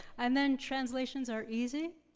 and then translations are easy?